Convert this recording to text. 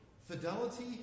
Fidelity